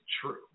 true